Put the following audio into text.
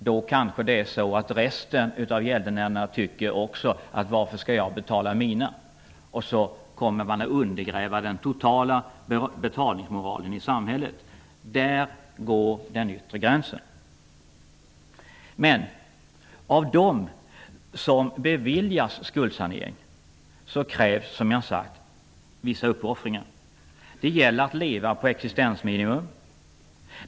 Då undrar kanske resten av gäldenärerna: Varför skall jag betala mina skulder? På det viset kommer man att undergräva den totala betalningsmoralen i samhället. Där går den yttre gränsen. Men av dem som beviljas skuldsanering krävs det, som jag har sagt, vissa uppoffringar. Det gäller att leva på existensminimum.